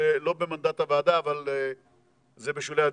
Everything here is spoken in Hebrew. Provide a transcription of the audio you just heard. זה לא במנדט הוועדה, אבל זה בשולי הדיון.